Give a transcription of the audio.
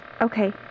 Okay